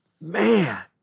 Man